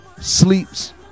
sleeps